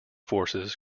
forces